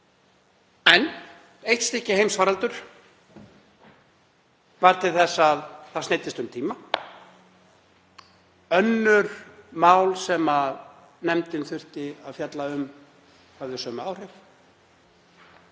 En eitt stykki heimsfaraldur varð til þess að það sneyddist um tíma. Önnur mál sem nefndin þurfti að fjalla um höfðu sömu áhrif.